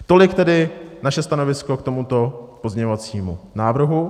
Tolik tedy naše stanovisko k tomuto pozměňovacímu návrhu.